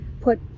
put